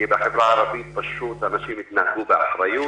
בחברה הערבית פשוט אנשים התנהגו באחריות